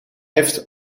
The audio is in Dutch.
heeft